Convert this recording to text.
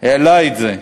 העלה את זה.